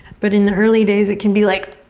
but in the early days it can be like,